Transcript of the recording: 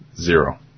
Zero